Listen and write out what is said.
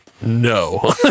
no